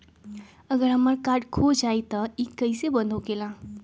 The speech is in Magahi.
अगर हमर कार्ड खो जाई त इ कईसे बंद होकेला?